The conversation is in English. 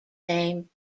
name